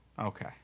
Okay